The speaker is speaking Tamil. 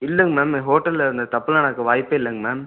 இல்லைங்க மேம் ஹோட்டலில் அந்த தப்பு நடக்க வாய்ப்பே இல்லைங்க மேம்